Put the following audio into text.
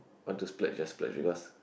want to split just split